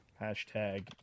hashtag